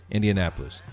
Indianapolis